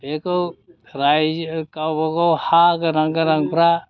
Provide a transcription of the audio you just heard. बेखौ रायो गावबागाव हा गोनां गोनांफ्रा